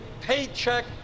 paycheck